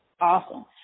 Awesome